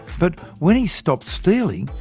but when he stopped stealing,